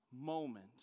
moment